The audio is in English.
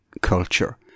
culture